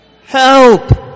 Help